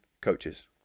coaches